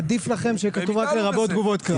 עדיף לכם שיהיה כתוב רק לרבות תגובות קרב.